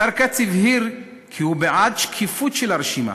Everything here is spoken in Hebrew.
השר כץ הבהיר כי הוא בעד שקיפות של הרשימה.